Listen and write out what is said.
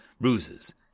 bruises